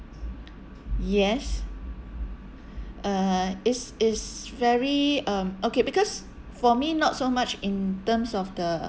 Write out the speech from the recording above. yes uh it's it's very um okay because for me not so much in terms of the